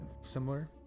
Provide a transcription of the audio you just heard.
similar